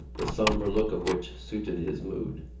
the sombre look of which suited his mood.